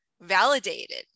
validated